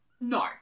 No